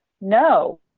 no